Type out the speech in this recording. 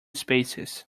spaces